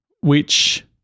which-